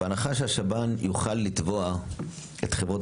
בהנחה שהשב"ן יוכל לתבוע את חברות